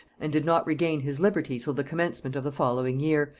and did not regain his liberty till the commencement of the following year,